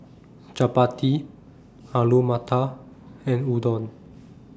Chapati Alu Matar and Udon